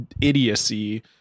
idiocy